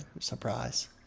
surprise